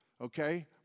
Okay